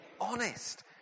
honest